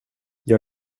gör